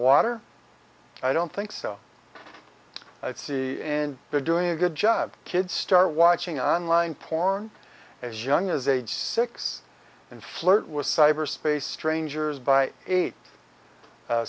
water i don't think so i see and they're doing a good job kid star watching on line porn as young as age six and flirt with cyberspace strangers by eight